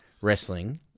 wrestling